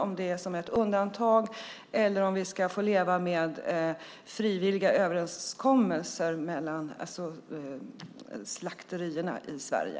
Är det ett undantag eller ska vi leva med frivilliga överenskommelser mellan slakterierna i Sverige?